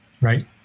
right